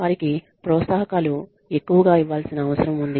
వారికి ప్రోత్సాహకాలు ఎక్కువగా ఇవ్వాల్సిన అవసరం ఉంది